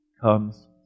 comes